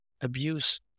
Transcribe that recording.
abuse